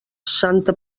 santa